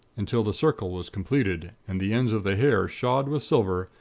until the circle was completed, and the ends of the hair shod with silver,